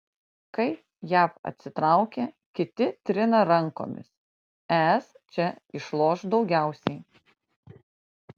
kai jav atsitraukia kiti trina rankomis es čia išloš daugiausiai